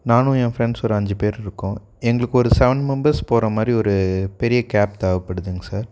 நானும் என் ஃப்ரெண்ட்ஸ் ஒரு அஞ்சு பேர் இருக்கோம் எங்களுக்கு ஒரு சவன் மெம்பர்ஸ் போகிற மாதிரி ஒரு பெரிய கேப் தேவைப்படுதுங்க சார்